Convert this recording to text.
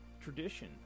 tradition